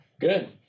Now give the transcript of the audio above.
Good